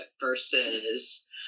versus